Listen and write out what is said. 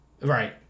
Right